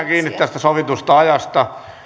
kiinni tästä sovitusta ajasta